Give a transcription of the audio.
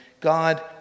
God